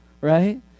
Right